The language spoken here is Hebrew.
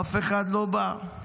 אף אחד לא בא.